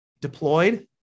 deployed